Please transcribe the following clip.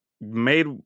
Made